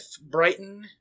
Brighton